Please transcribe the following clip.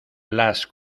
las